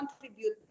contribute